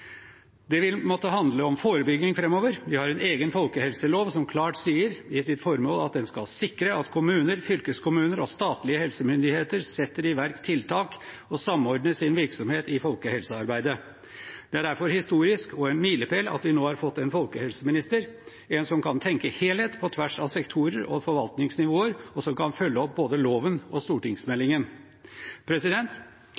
Det vil måtte handle om forebygging framover. Vi har egen folkehelselov, som klart sier i sitt formål at den skal sikre at kommuner, fylkeskommuner og statlige helsemyndigheter setter i verk tiltak og samordner sin virksomhet i folkehelsearbeidet Det er derfor historisk og en milepæl at vi nå har fått en folkehelseminister, en som kan tenke helhet på tvers av sektorer og forvaltningsnivåer, og som kan følge opp både loven og